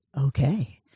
okay